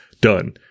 Done